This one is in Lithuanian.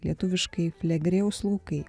lietuviškai flegrėjaus laukai